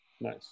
nice